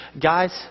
Guys